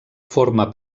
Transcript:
forma